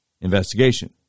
investigation